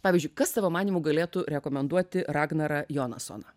pavyzdžiui kas tavo manymu galėtų rekomenduoti ragnarą jonasoną